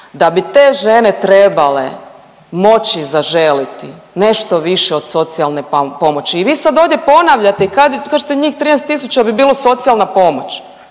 da bi te žene trebale moći zaželiti nešto više od socijalne pomoći i vi sad ovdje ponavljate kao što njih 13 tisuća bi bilo socijalna pomoć,